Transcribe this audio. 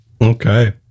Okay